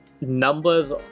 numbers